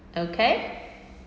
okay